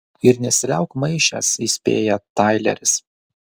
ir nesiliauk maišęs įspėja taileris